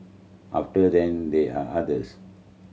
after then there are others